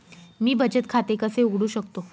मी बचत खाते कसे उघडू शकतो?